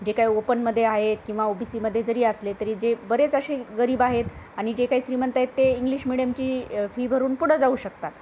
जे काय ओपनमध्ये आहेत किंवा ओ बी सीमध्ये जरी असले तरी जे बरेच असे गरीब आहेत आणि जे काही श्रीमंत आहेत ते इंग्लिश मिडियमची फी भरून पुढं जाऊ शकतात